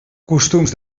costums